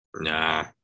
nah